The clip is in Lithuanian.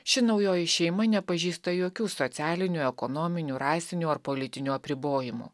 ši naujoji šeima nepažįsta jokių socialinių ekonominių rasinių ar politinių apribojimų